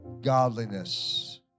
godliness